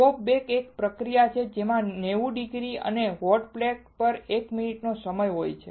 soft bake એક પ્રક્રિયા છે જેમાં નેવું ડિગ્રી તાપમાન અને હોટ પ્લેટ પર એક મિનિટનો સમય હોય છે